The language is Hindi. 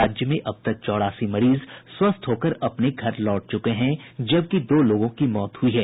राज्य में अब तक चौरासी मरीज स्वस्थ होकर अपने घर लौट चुके हैं जबकि दो लोगों की मौत हुई है